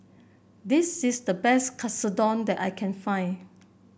this is the best Katsudon that I can find